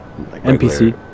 NPC